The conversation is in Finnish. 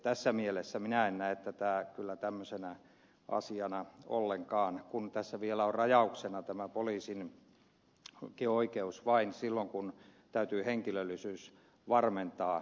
tässä mielessä minä en näe tätä kyllä tämmöisenä asiana ollenkaan kun tässä vielä on rajauksena tämä että poliisillakin on tämä oikeus vain silloin kun täytyy henkilöllisyys varmentaa